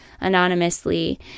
anonymously